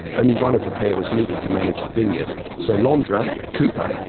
only one of the pair was needed to manage the vineyard, so l'andre, the cooper,